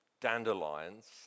dandelions